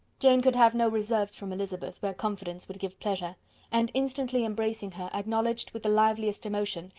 jane could have no reserves from elizabeth, where confidence would give pleasure and instantly embracing her, acknowledged, with the liveliest emotion,